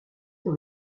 dans